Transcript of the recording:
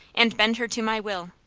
and bend her to my will.